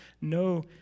no